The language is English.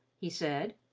he said.